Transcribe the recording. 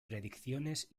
predicciones